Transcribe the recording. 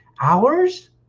hours